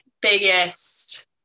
biggest